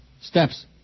steps